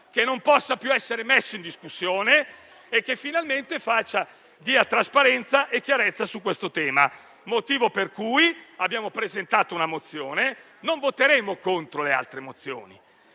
che non possa più essere messo in discussione e che finalmente dia trasparenza e chiarezza su questo tema. Per questo motivo abbiamo presentato una mozione; non voteremo contro le altre mozioni,